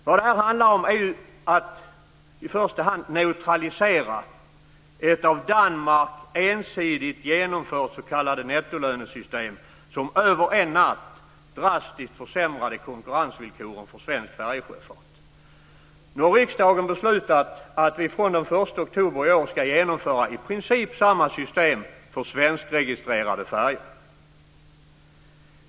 Vad det här handlar om är ju bl.a. att i första hand neutralisera ett av Danmark ensidigt genomfört s.k. nettolönesystem som över en natt drastiskt försämrade konkurrensvillkoren för svensk färjesjöfart. Nu har riksdagen beslutat att vi från den 1 oktober i år ska genomföra i princip samma system för svenskregistrerade färjor.